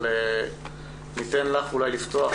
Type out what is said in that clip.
אבל ניתן לך לפתוח,